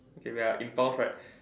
okay wait ah impulse right